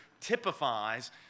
typifies